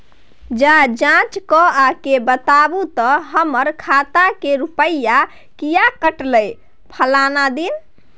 ज जॉंच कअ के बताबू त हमर खाता से रुपिया किये कटले फलना दिन?